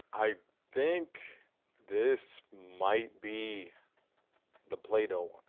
i think this might be the play-doh one.